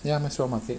ya maxwell market